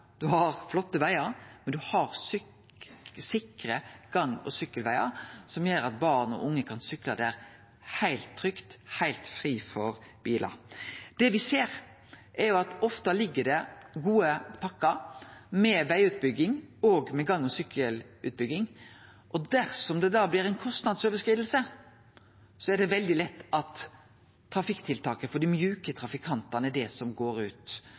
har flotte vegar, men ein har òg sikre gang- og sykkelvegar som gjer at barn og unge kan sykle der heilt trygt, heilt fritt for bilar. Det me ser, er at det ofte ligg gode pakkar med vegutbygging og gang- og sykkelutbygging, og dersom det da blir ei kostnadsoverskriding, er det veldig lett at trafikktiltak for dei mjuke trafikantane er det som går ut.